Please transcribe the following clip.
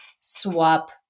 swap